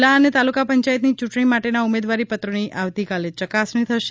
જીલ્લા અને તાલુકા પંચાયતની ચૂંટણી માટેના ઉમદેવારીપત્રોની આવતીકાલે યકાસણી થશે